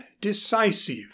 decisive